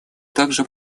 также